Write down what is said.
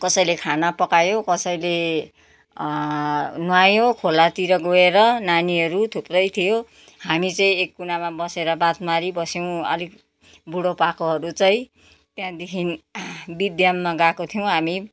कसैले खाना पकायो कसैले नुहायो खोलातिर गएर नानीहरू थुप्रै थियो हामी चाहिँ एक कुनामा बसेर बात मारिबस्यौँ अलिक बुढोपाकोहरू चाहिँ त्यहाँदेखि बिद्यममा गएको थियौँ हामी